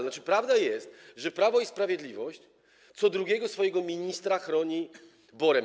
Znaczy prawdą jest, że Prawo i Sprawiedliwość co drugiego swojego ministra chroni BOR-em.